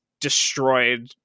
destroyed